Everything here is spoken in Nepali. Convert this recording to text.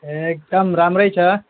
ए एकदम राम्रै छ